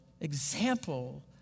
example